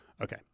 Okay